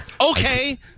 Okay